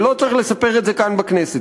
ולא צריך לספר את זה כאן בכנסת,